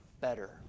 better